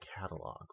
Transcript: catalog